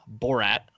Borat